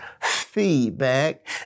feedback